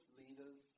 leaders